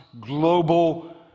Global